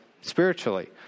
Spiritually